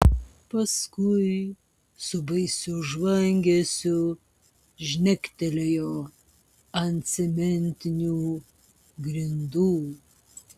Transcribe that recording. paskui su baisiu žvangesiu žnektelėjo ant cementinių grindų